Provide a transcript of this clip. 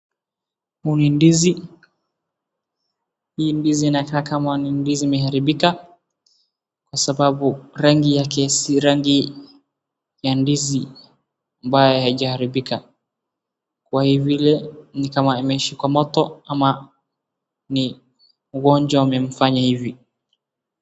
Huu ni ndizi, hii ndizi inakaa kama ni ndizi imeharibika, kwa sababu rangi yake si rangi ya ndizi ambaye haijaharibika, kwa vile, ni kama imeishi kwa moto ama ni ugonjwa umemfanya hivi.